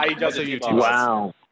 wow